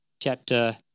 chapter